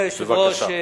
בבקשה.